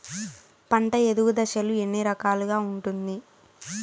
పంట ఎదుగు దశలు ఎన్ని రకాలుగా ఉంటుంది?